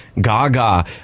Gaga